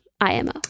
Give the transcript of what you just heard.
IMO